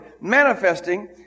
manifesting